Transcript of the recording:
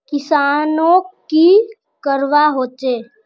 किसानोक की करवा होचे?